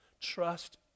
Trust